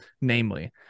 namely